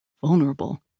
vulnerable